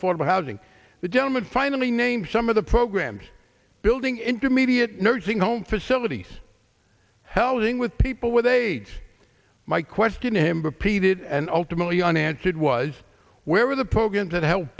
affordable housing the gentleman finally named some of the programs building intermediate nursing home facilities helping with people with aids my question m b p did and ultimately unanswered was where were the programs that help